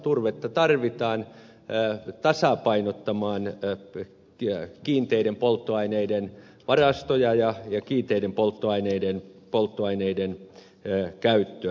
turvetta tarvitaan tasapainottamaan kiinteiden polttoaineiden varastoja ja kiinteiden polttoaineiden käyttöä